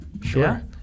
Sure